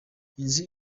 inzu